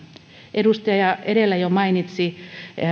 edustaja edellä jo mainitsi